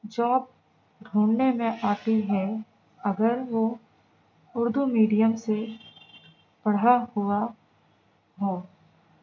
job ڈھونڈنے میں آتی ہے اگر وہ اردو میڈیم سے پڑھا ہوا ہے